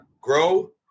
grow